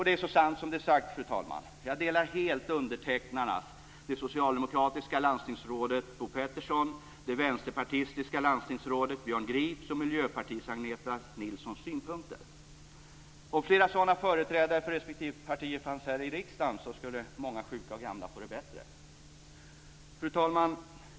Det är så sant som det är sagt, fru talman. Jag delar helt undertecknarnas, det socialdemokratiska landstingsrådet Bo Petterssons, det vänsterpartistiska landstingsrådet Björn Grips och Miljöpartiets Agneta Nilssons synpunkter. Om flera sådana företrädare för respektive parti fanns här i riksdagen skulle många sjuka och gamla få det bättre. Fru talman!